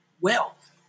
wealth